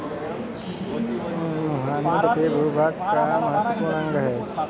मुहाने तटीय भूभाग का महत्वपूर्ण अंग है